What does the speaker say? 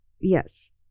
Yes